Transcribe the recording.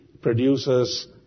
produces